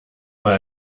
mal